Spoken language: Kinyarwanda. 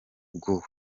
bwo